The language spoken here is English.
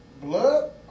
blood